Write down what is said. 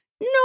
no